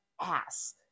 ass